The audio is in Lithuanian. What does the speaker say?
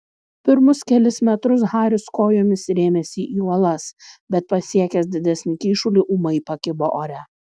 pirmus kelis metrus haris kojomis rėmėsi į uolas bet pasiekęs didesnį kyšulį ūmai pakibo ore